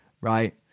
right